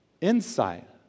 insight